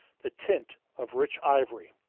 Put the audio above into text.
the tint of rich ivory.